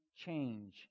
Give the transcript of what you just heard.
Change